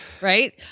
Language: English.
Right